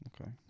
Okay